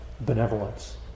benevolence